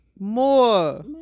more